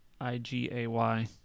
I-G-A-Y